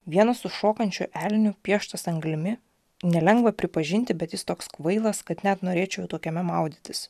vienas su šokančiu elniu pieštos anglimi nelengva pripažinti bet jis toks kvailas kad net norėčiau tokiame maudytis